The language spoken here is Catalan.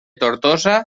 tortosa